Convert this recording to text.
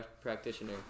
practitioner